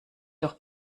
doch